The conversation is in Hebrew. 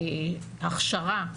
הכשרה,